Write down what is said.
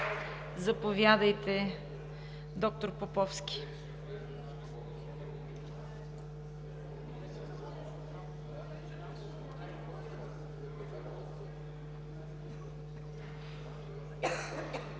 Заповядайте, доктор Поповски.